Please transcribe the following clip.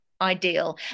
ideal